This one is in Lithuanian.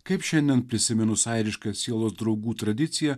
kaip šiandien prisiminus airiška sielos draugų tradicija